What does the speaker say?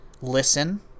Listen